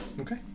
Okay